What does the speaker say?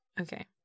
Okay